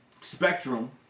Spectrum